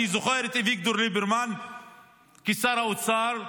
אני זוכר את אביגדור ליברמן כשר האוצר,